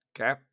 Okay